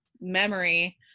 memory